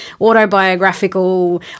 autobiographical